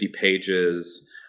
pages